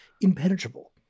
impenetrable